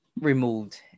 removed